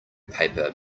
paper